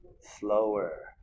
Slower